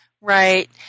Right